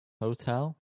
Hotel